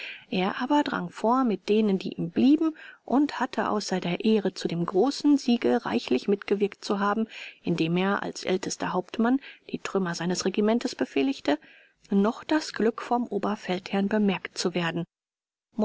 er aber drang vor mit denen die ihm blieben und hatte außer der ehre zu dem großen siege reichlich mitgewirkt zu haben indem er als ältester hauptmann die trümmer seines regimentes befehligte noch das glück vom oberfeldherrn bemerkt zu werden